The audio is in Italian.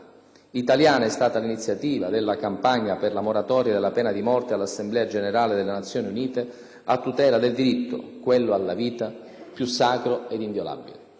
italiana è stata l'iniziativa della campagna per la moratoria della pena di morte all'Assemblea generale delle Nazioni Unite a tutela del diritto - quello alla vita - più sacro e inviolabile.